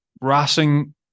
Racing